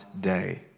day